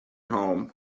home